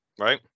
right